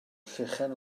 llechen